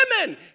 women